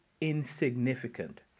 insignificant